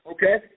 Okay